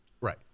Right